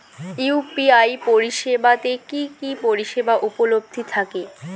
UPI পরিষেবা তে কি কি পরিষেবা উপলব্ধি থাকে?